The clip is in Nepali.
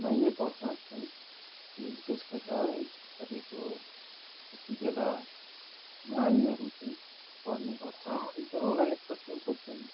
कठिनाइ नै पर्छ है यो विशेष गरेर है तपाईँको त्यतिबेला नानीहरू है पढ्ने गर्छ एकदमै उनीहरूले कठिन सोच्छन्